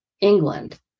England